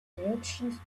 directions